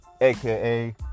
aka